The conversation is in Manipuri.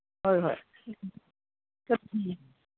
ꯍꯣꯏ ꯍꯣꯏ